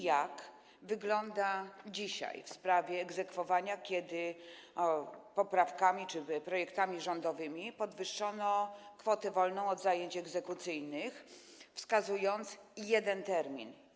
Jak wygląda dzisiaj sprawa egzekwowania, kiedy poprawkami czy projektami rządowymi podwyższono kwotę wolną od zajęć egzekucyjnych, wskazując jeden termin?